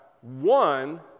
one